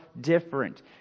different